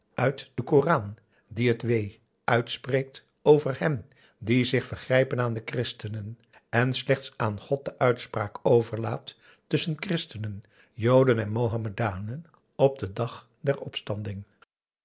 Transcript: uit den koran die het wee uitspreekt over hen die zich vergrijpen aan de christenen en slechts aan god de uitspraak overlaat tusschen christenen joden en mohammedanen op den dag der opstanding